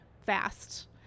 fast